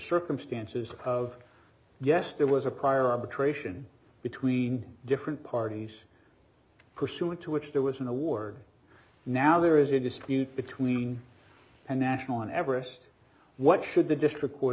circumstances of yes there was a prior arbitration between different parties pursuant to which there was an award now there is a dispute between the national on everest what should the district or